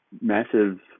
massive